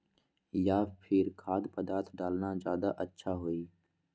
या फिर खाद्य पदार्थ डालना ज्यादा अच्छा होई?